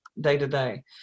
day-to-day